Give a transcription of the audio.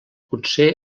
potser